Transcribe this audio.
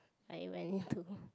I went to